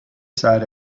side